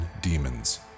demons